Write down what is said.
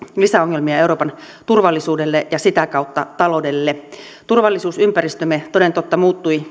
lisäongelmia euroopan turvallisuudelle ja sitä kautta taloudelle turvallisuusympäristömme toden totta muuttui